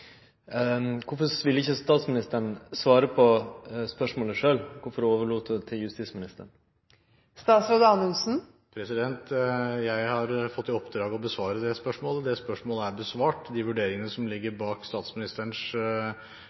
vil ikkje statsministeren svare på spørsmålet sjølv? Kvifor overlèt ho det til justisministeren? Jeg har fått i oppdrag å besvare det spørsmålet, og det spørsmålet er besvart. De vurderingene som ligger bak statsministerens